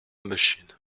machine